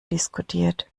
diskutiert